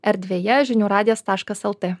erdvėje žinių radijas taškas lt